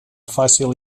fàcil